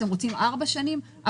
אתם רוצים ארבע שנים,